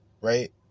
Right